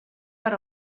per